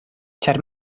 ĉar